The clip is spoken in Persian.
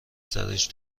سرش